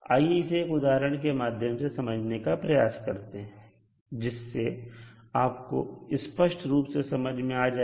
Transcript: आइए इसे एक उदाहरण के माध्यम से समझने का प्रयास करते हैं जिससे आपको स्पष्ट रूप से समझ आ जाए